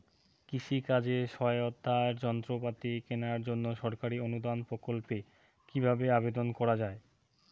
কৃষি কাজে সহায়তার যন্ত্রপাতি কেনার জন্য সরকারি অনুদান প্রকল্পে কীভাবে আবেদন করা য়ায়?